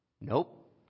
Nope